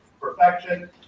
Perfection